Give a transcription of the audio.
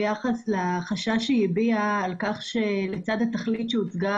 ביחס לחשש שהיא הביעה לגבי כך שלצד התכלית שהוצגה